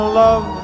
love